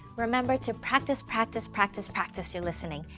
remember to practise, practise, practise, practise your listening!